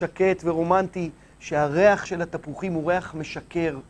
שקט ורומנטי שהריח של התפוחים הוא ריח משכר